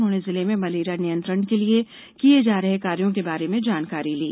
उन्होंने जिले में मलेरिया नियंत्रण के लिए किए जा रहे कार्यों के बारे में जानकारी ली